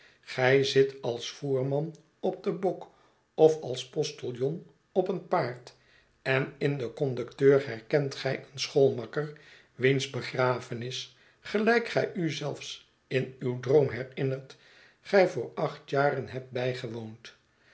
gij zit als voerman op den bok of als postiljon op een paard en in den conducteur herkent gij een schoolmakker wiens begrafenis gelijk gij u zelfs in uw droom herinnert gij voor acht jaren hebt bijgewoond